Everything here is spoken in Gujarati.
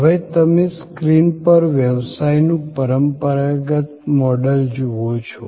હવે તમે સ્ક્રીન પર વ્યવસાયનું પરંપરાગત મોડલ જુઓ છો